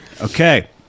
Okay